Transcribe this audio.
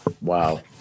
Wow